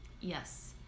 Yes